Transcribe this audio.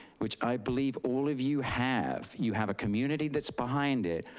which i believe all of you have. you have a community that's behind it.